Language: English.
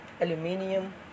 aluminium